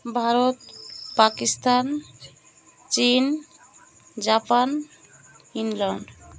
ଭାରତ ପାକିସ୍ତାନ ଚୀନ Japan England